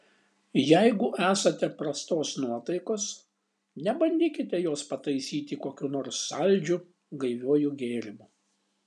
jeigu esate prastos nuotaikos nebandykite jos pataisyti kokiu nors saldžiu gaiviuoju gėrimu